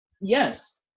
yes